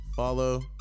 follow